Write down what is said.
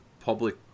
public